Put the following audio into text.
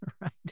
Right